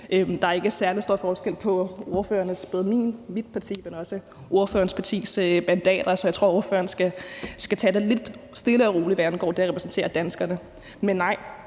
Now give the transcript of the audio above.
Der er ikke særlig stor forskel på mit og ordførerens partis antal mandater, så jeg tror, at ordføreren skal tage det lidt stille og roligt, hvad angår det at repræsentere danskerne. Men nej,